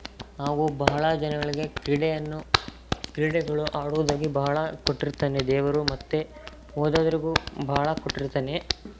ನಾವು ಬಹಳ ಜನಗಳಿಗೆ ಕ್ರೀಡೆಯನ್ನು ಕ್ರೀಡೆಗಳು ಆಡೋದಾಗಿ ಬಹಳ ಕೊಟ್ಟಿರ್ತಾನೆ ದೇವರು ಮತ್ತು ಓದೋದ್ರಿಗೂ ಬಹಳ ಕೊಟ್ಟಿರ್ತಾನೆ